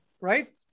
right